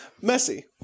messy